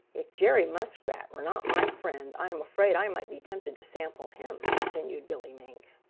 if jerry muskrat were not my friend, i am afraid i might be tempted to sample him, continued billy mink.